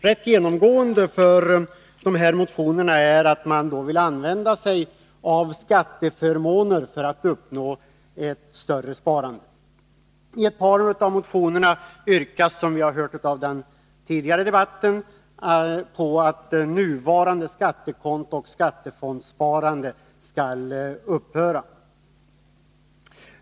Rätt genomgående för dessa motioner är att man vill använda sig av skatteförmåner för att uppnå ett större sparande. I ett par av motionerna yrkas, som vi har hört av den tidigare debatten, att nuvarande sparande på skattesparkonto eller skattefondskonto skall upphöra.